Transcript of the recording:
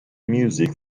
music